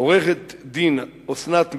עורכת-הדין אסנת מנדל,